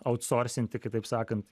autsorsinti kitaip sakant